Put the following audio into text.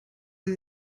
sie